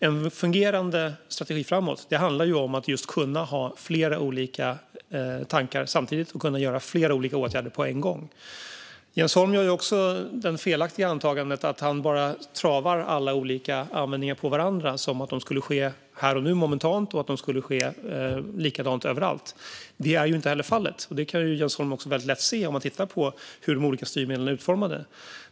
En fungerade strategi framåt handlar om att just kunna ha flera olika tankar samtidigt och kunna vidta flera olika åtgärder på en gång. Jens Holm gör också ett felaktigt antagande när han bara travar alla olika användningar på varandra, som om de skulle ske här och nu momentant och likadant överallt. Det är ju inte fallet. Det kan Jens Holm också lätt se om han tittar på hur de olika styrmedlen är utformade.